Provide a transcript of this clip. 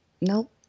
nope